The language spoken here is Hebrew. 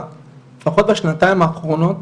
לפחות בשנתיים האחרונות,